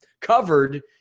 covered